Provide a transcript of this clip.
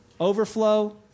Overflow